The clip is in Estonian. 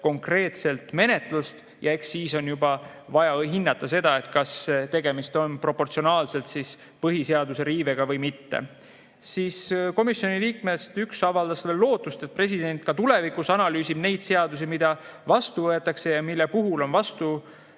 konkreetselt menetlust, ja eks siis on juba vaja hinnata, kas tegemist on proportsionaalselt põhiseaduse riivega või mitte. Siis komisjoni liikmetest üks avaldas lootust, et president ka tulevikus analüüsib neid seadusi, mida vastu võetakse ja mille puhul on